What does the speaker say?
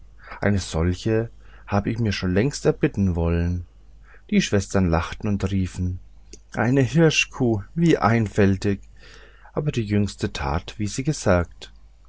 eine solche hab ich mir schon längst erbitten wollen die schwestern lachten und riefen eine hirschkuh wie einfältig aber die jüngste tat wie sie gesagt